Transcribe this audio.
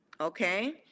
Okay